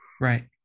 right